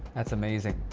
that's amazing.